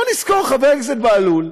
בואו נזכור, חבר הכנסת בהלול,